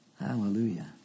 Hallelujah